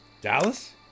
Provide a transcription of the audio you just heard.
Dallas